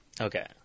Okay